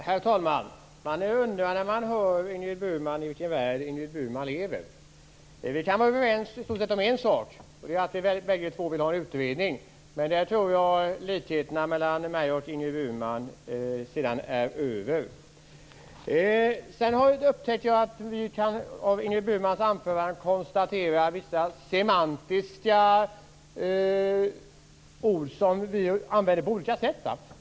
Herr talman! När man hör Ingrid Burman undrar man i vilken värld hon lever. Vi kan vara överens om en sak, och det är att vi bägge vill ha en utredning. Men där tror jag att likheterna mellan oss är över. Jag upptäckte något i Ingrid Burmans anförande som var semantiskt intressant. Vi använder tydligen ord på olika sätt.